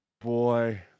boy